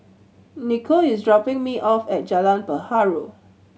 Nikko is dropping me off at Jalan Perahu